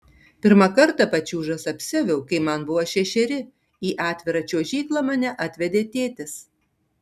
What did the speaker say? pirmą kartą pačiūžas apsiaviau kai man buvo šešeri į atvirą čiuožyklą mane atvedė tėtis